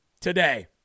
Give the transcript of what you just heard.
today